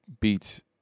beats